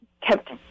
kept